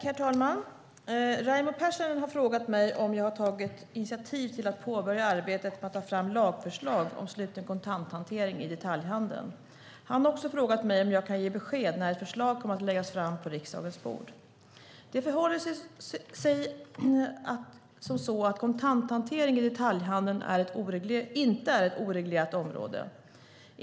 Herr talman! Raimo Pärssinen har frågat mig om jag har tagit initiativ till att påbörja arbetet med att ta fram lagförslag om sluten kontanthantering i detaljhandeln. Han har också frågat mig om jag kan ge besked om när ett förslag kommer att läggas fram på riksdagens bord. Det förhåller sig inte så att kontanthantering i detaljhandeln är ett oreglerat område.